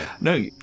No